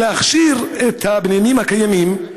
ולהכשיר את הבניינים הקיימים,